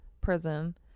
prison